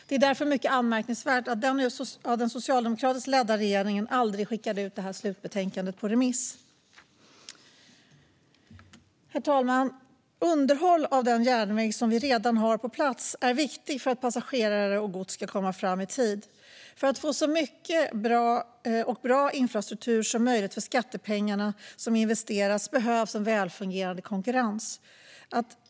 Det är därför mycket anmärkningsvärt att den socialdemokratiskt ledda regeringen aldrig skickade ut slutbetänkandet på remiss. Herr talman! Underhåll av den järnväg som vi redan har på plats är viktigt för att passagerare och gods ska komma fram i tid. För att få så mycket och bra infrastruktur som möjligt för de skattepengar som investeras behövs en välfungerande konkurrens.